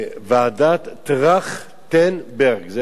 אני